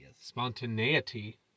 Spontaneity